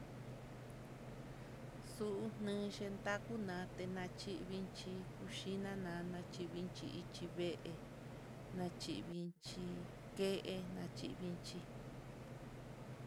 Xu'u nexhi taku nanté, naxhi iin chí xhinana xhivinchí vee, nachivin ke'e nachivinchí.